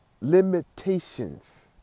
limitations